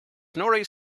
snorri